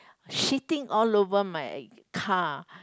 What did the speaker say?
shitting all over my car